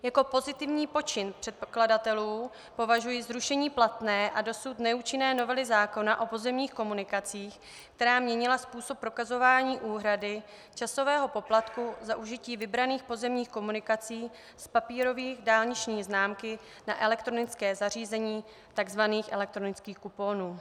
Jako pozitivní počin předkladatelů považuji zrušení platné a dosud neúčinné novely zákona o pozemních komunikacích, která měnila způsob prokazování úhrady časového poplatku za užití vybraných pozemních komunikací z papírové dálniční známky na elektronické zařízení, tzv. elektronických kuponů.